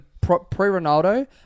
pre-Ronaldo